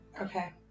Okay